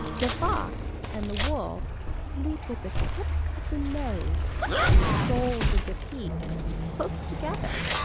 the fox and the wolf sleep with the tip of the nose and the soles of the feet close together,